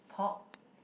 pork